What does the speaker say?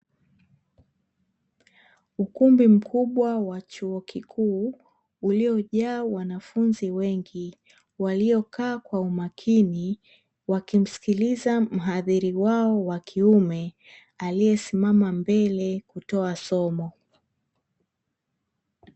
Ukumbi mkubwa wa chuo kikuu uliojaa wanafunzi wengi, waliokaa kwa umakini wakimsikiliza mhadhiri wao wa kiume aliyesimama mbele kutoa somo.